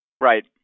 Right